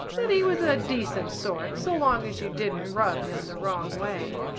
that he was a decent sort so long as you didn't rub him the wrong way.